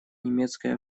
немецкой